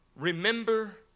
Remember